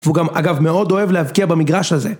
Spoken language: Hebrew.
והוא גם אגב מאוד אוהב להבקיע במגרש הזה.